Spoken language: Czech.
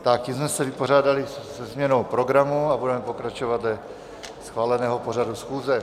Tím jsme se vypořádali se změnou programu a budeme pokračovat dle schváleného pořadu schůze.